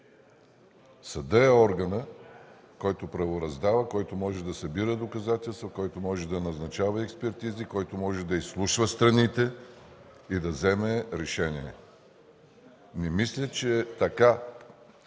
Съдът е органът, който правораздава, който може да събира доказателства, който може да назначава експертизи, който може да изслушва страните и да вземе решение. Не мисля, че така